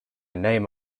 name